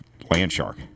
Landshark